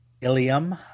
Ilium